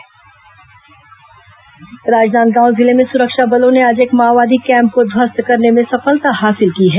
माओवादी मुठभेड़ राजनांदगांव जिले में सुरक्षा बलों ने आज एक माओवादी कैम्प को ध्वस्त करने में सफलता हासिल की है